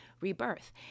rebirth